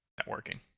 networking